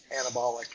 anabolic